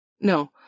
No